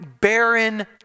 barren